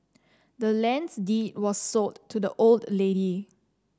the land's deed was sold to the old lady